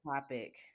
topic